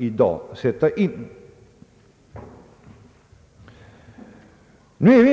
Herr talman, vi